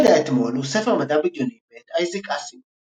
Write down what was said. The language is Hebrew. ילד האתמול הוא ספר מדע בדיוני מאת אייזק אסימוב